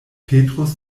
petrus